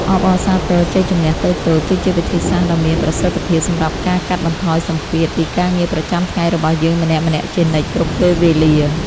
អបអរសាទរជ័យជម្នះតូចៗគឺជាវិធីសាស្ត្រដ៏មានប្រសិទ្ធភាពសម្រាប់ការកាត់បន្ថយសម្ពាធពីការងារប្រចាំថ្ងៃរបស់យើងម្នាក់ៗជានិច្ចគ្រប់ពេលវេលា។